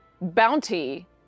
bounty